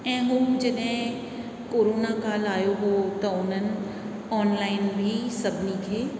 ऐं उहे ॼॾहिं कोरोना काल आहियो हुओ त उन्हनि ऑनलाइन ई सभिनी खे